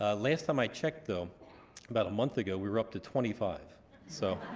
ah last time i checked though about a month ago we were up to twenty five so